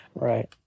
Right